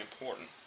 important